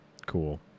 cool